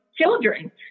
children